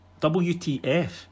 WTF